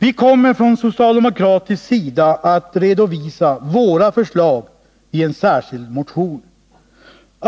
Vi kommer från socialdemokratisk sida att redovisa våra förslag i en särskild motion.